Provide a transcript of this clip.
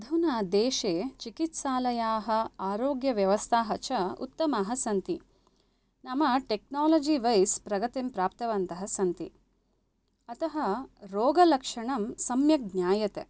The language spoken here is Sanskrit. अधुना देशे चिकित्सालयाः आरोग्यव्यवस्थाः च उत्तमः सन्ति नाम टेक्नोलज़ि वैस् प्रगतिं प्राप्तवन्तः सन्ति अतः रोगलक्षणं सम्यक् ज्ञायते